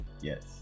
Yes